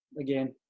again